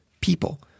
people